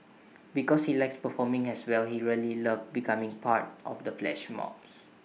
because he likes performing as well he really loved becoming part of the flash mobs